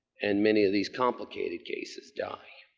and many of these complicated cases dying.